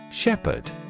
Shepherd